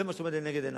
זה מה שעומד לנגד עיני.